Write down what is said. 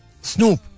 Snoop